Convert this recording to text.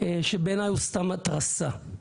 שבעיניי הוא סתם התרסה.